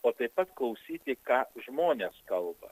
o taip pat klausyti ką žmonės kalba